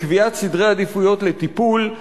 לקביעת סדרי עדיפויות לטיפול,